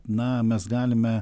na mes galime